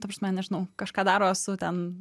ta prasme nežinau kažką daro su ten